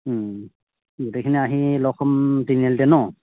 গোটেইখিনি আহি লগ হ'ম তিনিআলিতে নহ্